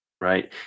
right